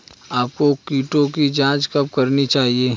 आपको कीटों की जांच कब करनी चाहिए?